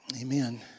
Amen